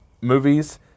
movies